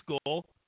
school